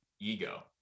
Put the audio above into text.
ego